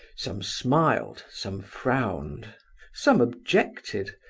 some smiled, some frowned some objected,